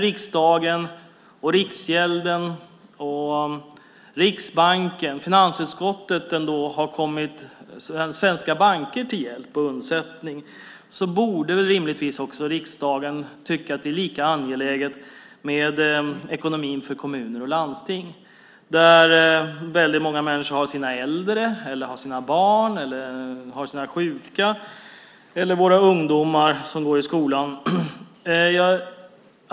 Riksdagen, Riksgälden, Riksbanken och finansutskottet har kommit svenska banker till hjälp och undsättning. Tror inte Anna Lilliehöök som jag, att väldigt många människor anser att riksdagen rimligtvis borde tycka att kommunernas och landstingens ekonomi är lika angelägen? Väldigt många äldre, barn, sjuka eller ungdomar finns i deras verksamheter.